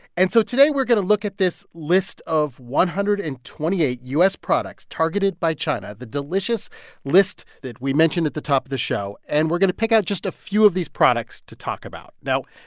and so today, we're going to look at this list of one hundred and twenty eight u s. products targeted by china, the delicious list that we mentioned at the top of the show, and we're going to pick out just a few of these products to talk about. now,